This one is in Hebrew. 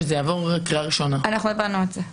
גם לי זה חשוב.